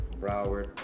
Broward